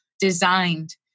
designed